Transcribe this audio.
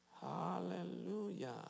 Hallelujah